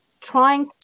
trying